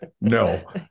no